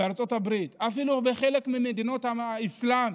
בארצות הברית ואפילו בחלק ממדינות האסלאם,